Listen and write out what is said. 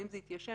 שאם זה התיישן,